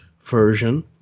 version